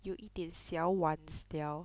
有一点小 wanz liao